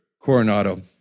Coronado